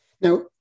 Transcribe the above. Now